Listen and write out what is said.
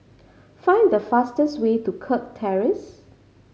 find the fastest way to Kirk Terrace